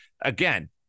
Again